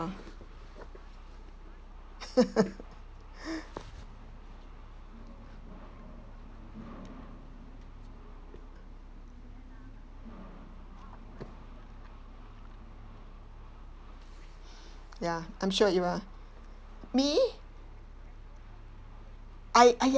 ya I'm sure you are me I !aiya!